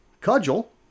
cudgel